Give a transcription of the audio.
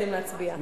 רוצים להצביע.